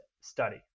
study